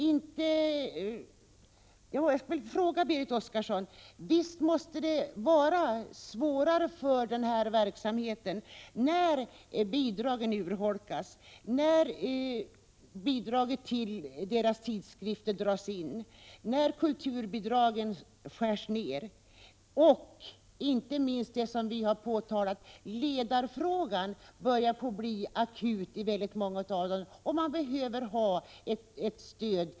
Jag skulle vilja fråga Berit Oscarsson: Visst måste det väl bli svårare att bedriva folkrörelseverksamhet när bidragen urholkas, när bidragen till tidskrifterna dras in och när kulturbidragen skärs ned? Något som inte minst vi har påtalat är att ledarfrågan nu blir akut i många av dessa rörelser, och man behöver ett stöd.